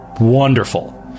Wonderful